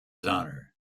honour